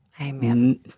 Amen